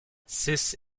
six